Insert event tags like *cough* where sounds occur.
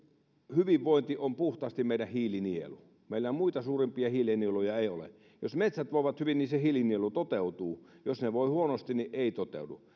hyvinvointi on puhtaasti meidän hiilinielu meillä suurempia muita hiilinieluja ei ole jos metsät voivat hyvin se hiilinielu toteutuu jos ne voivat huonosti ei toteudu *unintelligible*